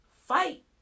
Fight